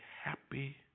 happy